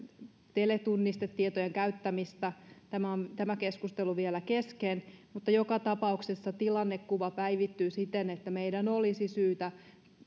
teletunnistetietojen käyttämistä tämä keskustelu on vielä kesken joka tapauksessa tilannekuva päivittyy siten että meidän olisi syytä